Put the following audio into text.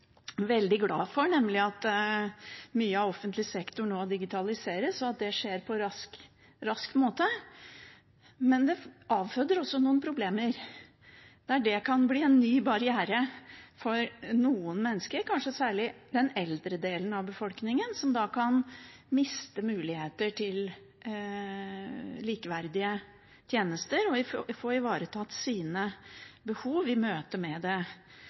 veldig glad for, nemlig at mye av offentlig sektor nå digitaliseres, og at det skjer på en rask måte. Men det avføder også noen problemer. Det kan bli en ny barriere for noen mennesker, kanskje særlig for den eldre delen av befolkningen, som kan miste muligheten til å få likeverdige tjenester og til å få ivaretatt sine behov i møte med det